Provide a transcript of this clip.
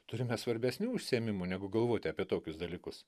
turime svarbesnių užsiėmimų negu galvoti apie tokius dalykus